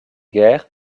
guerre